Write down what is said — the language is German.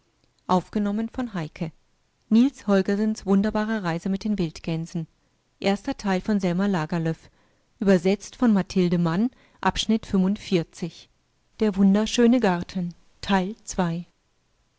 mit den wildgänsen